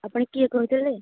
ଆପଣ କିଏ କହୁଥିଲେ